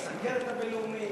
יום הסוכרת הבין-לאומי,